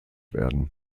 werden